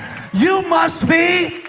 you must be.